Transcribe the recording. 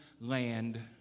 land